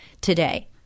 today